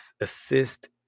assist